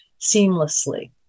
seamlessly